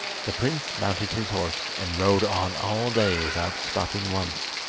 the prince mounted his horse, and rode on all day without stopping once.